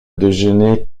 déjeuner